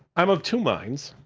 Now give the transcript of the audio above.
i'm of two minds.